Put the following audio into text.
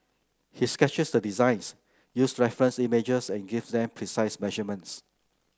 he sketches the designs uses reference images and give them precise measurements